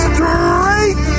Straight